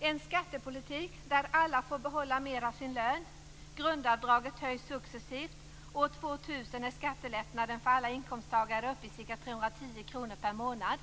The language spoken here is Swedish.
en skattepolitik där alla får behålla mer av sin lön. Grundavdraget höjs successivt. År 2000 är skattelättnaden för alla inkomsttagare uppe i ca 310 kr per månad.